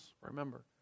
remember